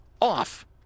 off